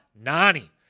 Nani